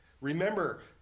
Remember